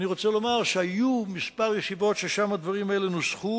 והיו כמה ישיבות ששם הדברים האלה נוסחו,